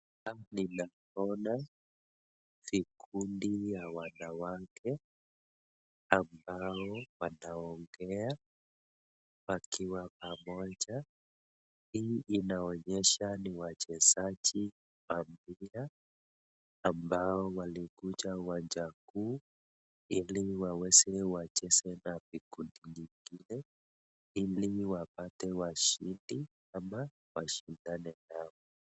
Hapa ninaona vikundi vya wanawake ambao wanaongea wakiwa pamoja. Hii inaonyesha ni wachezaji wa mpira ambao wamekuja uwanja huu ili wacheze na vikundi vingine ili wapate washindi au washindane nao.